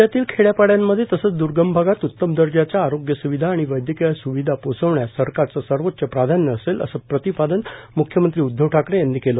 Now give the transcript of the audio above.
राज्यातील खेड्यापाड्यांमध्ये तसंच द्र्गम भागात उत्तम दर्जाच्या आरोग्य सुविधा आणि वैद्यकीय स्विधा पोहोचण्यास सरकारचं सर्वोच्च प्राधान्य असेल असं प्रतिपादन मुख्यमंत्री उदधव ठाकरे यांनी केलं